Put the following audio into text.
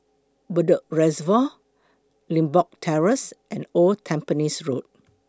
Bedok Reservoir Limbok Terrace and Old Tampines Road